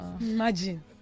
imagine